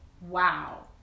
Wow